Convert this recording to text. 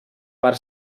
per